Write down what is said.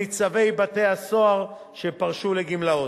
וניצבי בתי-הסוהר שפרשו לגמלאות.